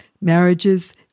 marriages